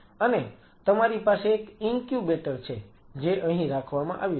અને તમારી પાસે એક ઇન્ક્યુબેટર છે જે અહીં રાખવામાં આવ્યું છે